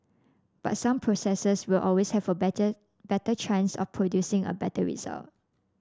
but some processes will always have a better better chance of producing a better result